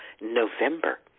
November